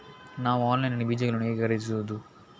ನಾವು ಆನ್ಲೈನ್ ನಲ್ಲಿ ಬೀಜಗಳನ್ನು ಹೇಗೆ ಖರೀದಿಸುವುದು?